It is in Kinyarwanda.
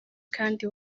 kandi